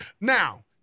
Now